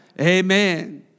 Amen